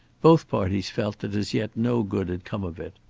both parties felt that as yet no good had come of it.